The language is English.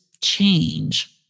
change